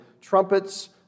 trumpets